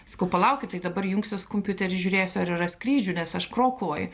sakau palaukit tai dabar jungsiuos kompiuterį žiūrėsiu ar yra skrydžių nes aš krokuvoj